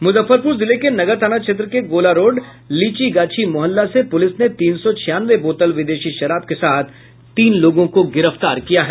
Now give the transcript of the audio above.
मुजफ्फरपुर जिले के नगर थाना क्षेत्र के गोला रोड लीचीगाछी मोहल्ला से पुलिस ने तीन सौ छियानवे बोतल विदेशी शराब के साथ तीन लोगों को गिरफ्तार किया है